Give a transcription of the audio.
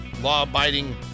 law-abiding